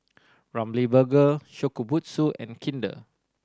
Ramly Burger Shokubutsu and Kinder